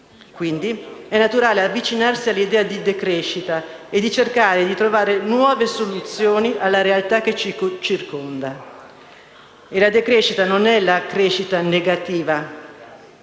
Quindi è naturale avvicinarsi all'idea di decrescita e cercare di trovare nuove soluzioni alla realtà che ci circonda. E la decrescita non è la crescita negativa;